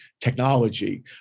technology